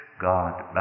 God